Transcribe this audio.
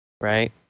right